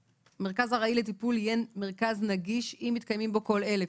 "מרכז ארעי לטיפול יהיה מרכז נגיש אם מתקיימים בו כל אלה",